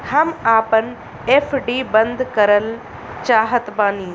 हम आपन एफ.डी बंद करल चाहत बानी